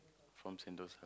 from Sentosa